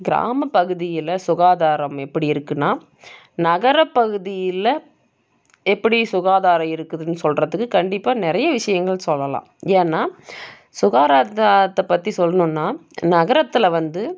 கிராமப்பகுதியில் சுகாதாரம் எப்படி இருக்குதுன்னா நகரப்பகுதியில் எப்படி சுகாதாரம் இருக்குதுன்னு சொல்கிறதுக்கு கண்டிப்பாக நிறைய விஷயங்கள் சொல்லலாம் ஏன்னால் சுகாராதத்தைப் பற்றி சொல்லணுன்னா நகரத்தில் வந்து